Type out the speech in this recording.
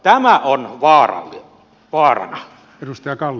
tämä on vaarana